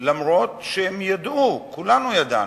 אף-על-פי שהם ידעו, כולנו ידענו,